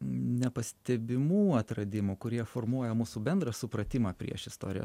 nepastebimų atradimų kurie formuoja mūsų bendrą supratimą priešistorės